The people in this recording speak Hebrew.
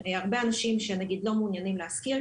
שנגיד לא מעוניינים להשכיר,